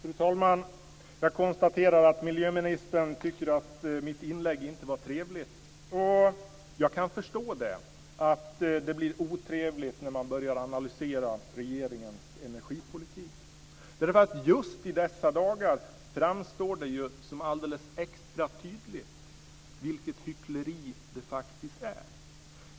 Fru talman! Jag konstaterar att miljöministern inte tycker att mitt inlägg var trevligt. Jag kan förstå att det blir otrevligt när man börjar analysera regeringens energipolitik. Just i dessa dagar framstår det alldeles extra tydligt vilket hyckleri det faktiskt är.